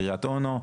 קרית אונו,